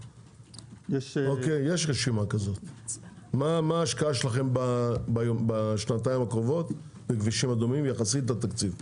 מה ההשקעה שלכם בשנתיים הקרובות בכבישים אדומים יחסית לתקציב?